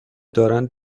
دارند